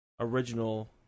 original